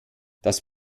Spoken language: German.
das